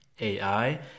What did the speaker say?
AI